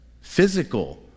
Physical